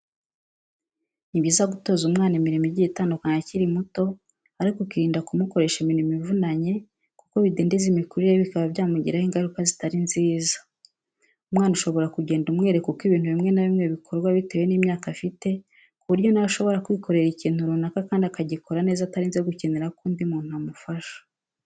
Ni byiza gutoza umwana imirimo igiye itandukanye akiri muto ariko ukurinda kumukoresha imirimo ivunanye kuko bidindiza imikurire ye bikaba byamugiraho ingaruka zitari nziza. Umwana ushobora kugenda umwereka uko ibintu bimwe na bimwe bikorwa bitewe n'imyaka afite ku buryo nawe ashobora kwikorera ikintu runaka kandi akagikora neza atarinze gukenera ko undi muntu amufasha.